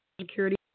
Security